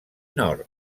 nord